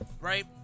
right